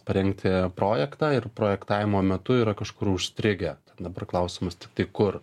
parengti projektą ir projektavimo metu yra kažkur užstrigę dabar klausimas tiktai kur